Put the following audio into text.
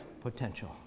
potential